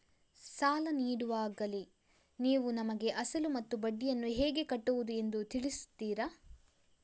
ಸಾಲ ನೀಡುವಾಗಲೇ ನೀವು ನಮಗೆ ಅಸಲು ಮತ್ತು ಬಡ್ಡಿಯನ್ನು ಹೇಗೆ ಕಟ್ಟುವುದು ಎಂದು ತಿಳಿಸುತ್ತೀರಾ?